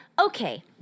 Okay